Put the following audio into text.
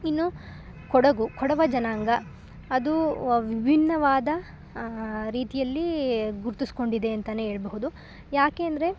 ಇನ್ನು ಕೊಡುಗು ಕೊಡವ ಜನಾಂಗ ಅದು ವ ವಿಭಿನ್ನವಾದ ರೀತಿಯಲ್ಲಿ ಗುರುತಿಸ್ಕೊಂಡಿದೆ ಅಂತೆಯೇ ಹೇಳ್ಬಹುದು ಯಾಕೆ ಅಂದರೆ